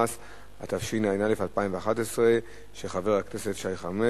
התשע"א 2011, לוועדת הכספים נתקבלה.